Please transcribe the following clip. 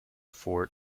fort